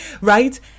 right